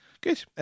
Good